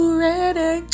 ready